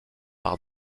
par